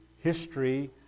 history